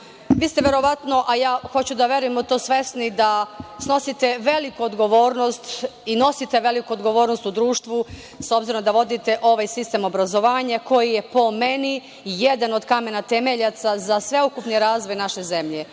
vi ste verovatno, a ja hoću da verujem u to, svesni da snosite veliku odgovornost i nosite veliku odgovornost u društvu, s obzirom da vodite ovaj sistem obrazovanja koji je po meni jedan od kamena temeljaca za sveukupni razvoj naše zemlje,